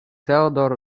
theodor